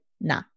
nah